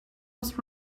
was